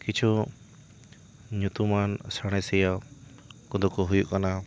ᱠᱤᱪᱷᱩ ᱧᱩᱛᱩᱢᱟᱱ ᱥᱟᱬᱮᱥᱤᱭᱟᱹ ᱠᱚᱫᱚ ᱠᱚ ᱦᱩᱭᱩᱜ ᱠᱟᱱᱟ